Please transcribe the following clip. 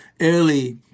early